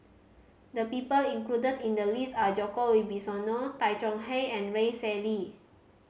the people included in the list are Djoko Wibisono Tay Chong Hai and Rex Shelley